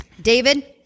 David